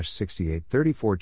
6834